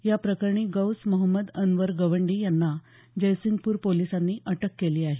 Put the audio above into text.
या प्रकरणी गौस मोहम्मद अनवर गवंडी यांना जयसिंगपूर पोलिसांनी अटक केली आहे